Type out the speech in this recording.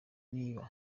niba